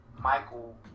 Michael